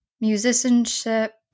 musicianship